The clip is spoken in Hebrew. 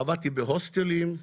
עבדתי בהוסטלים,